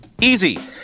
Easy